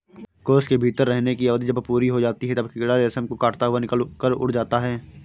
कोश के भीतर रहने की अवधि जब पूरी हो जाती है, तब कीड़ा रेशम को काटता हुआ निकलकर उड़ जाता है